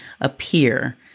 appear